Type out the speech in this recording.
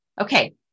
Okay